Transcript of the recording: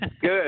Good